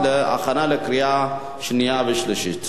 עברה בקריאה ראשונה,